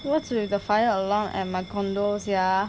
what's with the fire alarm at my condo sia